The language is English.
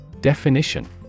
Definition